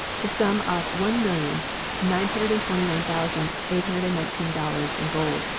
the sum of one million nine hundred and twenty nine thousand eight hundred and nineteen dollars in gold.